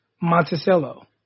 Monticello